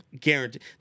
Guaranteed